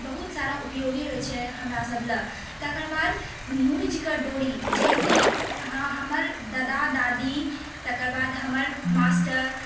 बहुत सारा उपयोगी होइत छै हमरा सभ लेल तकर बाद मुजिके डोरी जे कि हमर दादा दादी तकर बाद हमर मास्टर